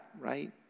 right